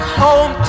home